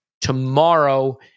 tomorrow